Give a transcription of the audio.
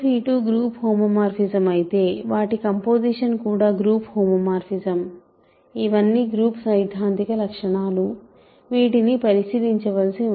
12గ్రూప్ homomorphism అయితే వాటి composition కూడా గ్రూప్ హోమోమార్ఫిజం ఇవన్నీ గ్రూప్ సైద్ధాంతిక లక్షణాలు వీటిని పరీక్షించవలసి ఉంది